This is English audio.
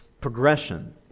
progression